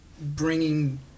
bringing